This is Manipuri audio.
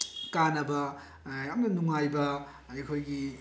ꯀꯥꯟꯅꯕ ꯌꯥꯝꯅ ꯅꯨꯡꯉꯥꯏꯕ ꯑꯗꯒꯤ ꯑꯩꯈꯣꯏꯒꯤ